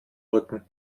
rücken